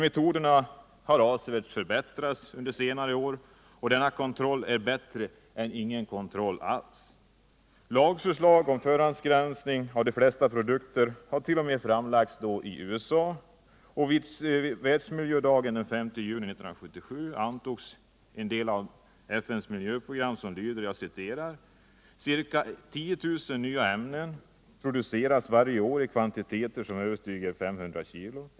Metoderna har dock förbättrats avsevärt under senare år, och denna kontroll är i alla fall bättre än ingen kontroll alls. framlagts i USA, och vid världsmiljödagen den 5 juni 1977 antogs en del av FN:s miljöprogram, vilken lyder: ”I-—och ca 10.000 nya ämnen produceras varje år i kvantiteter som överstiger 500 kg.